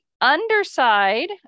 underside